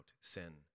sin